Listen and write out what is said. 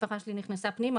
המשפחה שלי נכנסה פנימה,